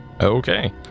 Okay